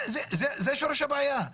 זה שורש הבעיה.